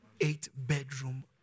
eight-bedroom